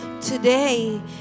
today